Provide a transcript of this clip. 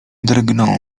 drgnął